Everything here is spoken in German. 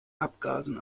abgasen